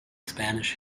spanish